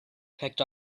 picked